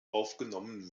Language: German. aufgenommen